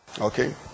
okay